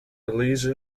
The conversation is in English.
belize